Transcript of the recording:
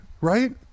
right